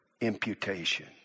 imputation